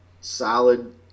solid